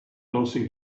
closing